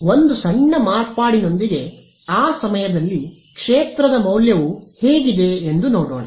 ಒಂದು ಸಣ್ಣ ಮಾರ್ಪಾಡಿನೊಂದಿಗೆ ಆ ಸಮಯದಲ್ಲಿ ಕ್ಷೇತ್ರದ ಮೌಲ್ಯವು ಹೇಗಿದೆ ಎಂದು ನೋಡೋಣ